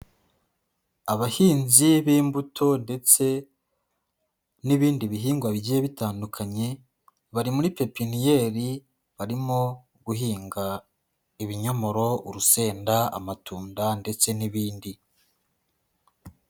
Abahinzi b'imbuto ndetse n'ibindi bihingwa bigiye bitandukanye, bari muri pepiniyeri barimo guhinga ibinyomoro, urusenda, amatunda ndetse n'ibindi.